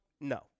No